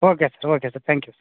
okay sir okay sir thank you sir